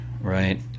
right